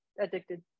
Addicted